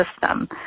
system